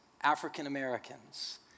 African-Americans